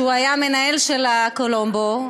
שהיה המנהל של פולומבו,